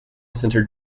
center